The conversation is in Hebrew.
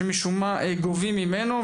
שמשום מה גובים ממנו.